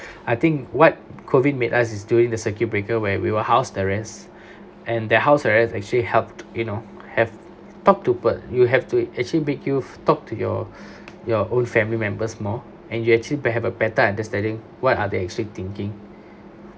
I think what COVID made us is during the circuit breaker where we were house arrest and the house arrest actually helped you know have talked to pe~ you have to actually make you talked to your your own family members more and you actually be~ have a better understanding what are they actually thinking